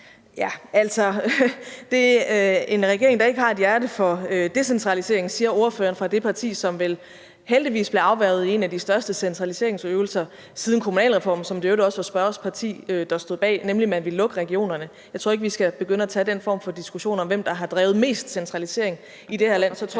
Krag): Det er en regering, der ikke har et hjerte for decentralisering, siger ordføreren for det parti, der heldigvis blev forhindret i en af de største centraliseringsøvelser siden kommunalreformen, som det i øvrigt også var spørgerens parti der stod bag, nemlig hvor man ville lukke regionerne. Jeg tror ikke, at vi skal begynde at tage den form for diskussion om, hvem der har bedrevet mest centralisering i det her land,